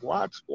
Watch